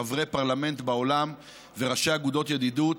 חברי פרלמנט בעולם וראשי אגודות ידידות,